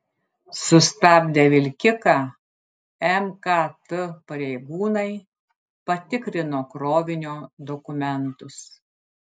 sustabdę vilkiką mkt pareigūnai patikrino krovinio dokumentus